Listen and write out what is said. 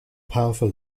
powerful